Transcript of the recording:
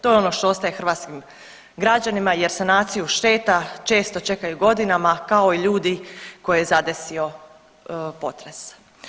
To je ono što ostaje hrvatskim građanima jer sanaciju šteta često čekaju godinama kao i ljudi koje je zadesio potres.